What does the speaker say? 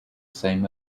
same